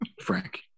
Frank